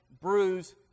bruise